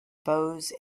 bows